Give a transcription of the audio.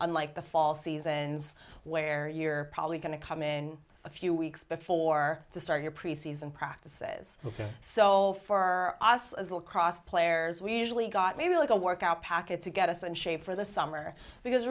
unlike the fall seasons where you're probably going to come in a few weeks before to start your pre season practices so for us as lacrosse players we usually got maybe a little workout packet to get us in shape for the summer because